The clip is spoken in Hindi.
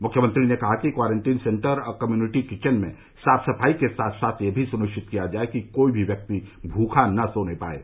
मुख्यमंत्री ने कहा कि क्वारंटीन सेन्टर और कम्यूनिटी किचन में साफ सफाई के साथ साथ यह भी सुनिश्चित किया जाये कि कोई भी व्यक्ति भूखा न सोने पाये